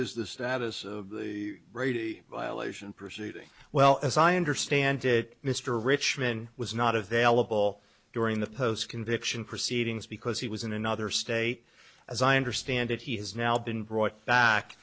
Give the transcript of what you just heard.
is the status of the brady violation proceeding well as i understand it mr richmond was not available during the post conviction proceedings because he was in another state as i understand it he has now been brought back